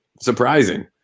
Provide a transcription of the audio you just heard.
Surprising